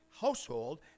household